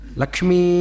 Lakshmi